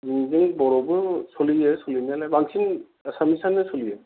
बिदिनो बर'बो सोलियो सोलिनायालाय बांसिन आसामिसआनो सोलियो